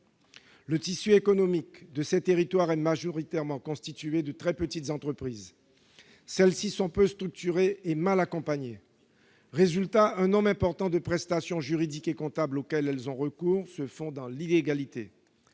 Le tissu économique de ces territoires est majoritairement constitué de très petites entreprises. Celles-ci sont peu structurées et mal accompagnées ; un nombre important de prestations juridiques et comptables auxquelles elles ont recours se font dans l'illégalité.